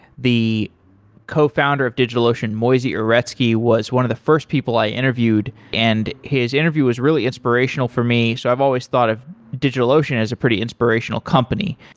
the co-founder of digitalocean moisey uretsky was one of the first people i interviewed and his interview was really inspirational for me, so i've always thought of digitalocean as a pretty inspirational company.